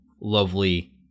lovely